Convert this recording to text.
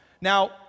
Now